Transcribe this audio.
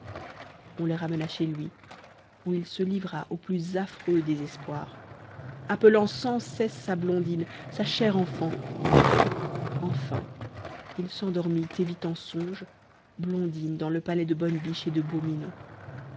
on le ramena chez lui où il se livra au plus affreux désespoir appelant sans cesse sa blondine sa chère enfant enfin il s'endormit et vit en songe blondine dans le palais de bonne biche et de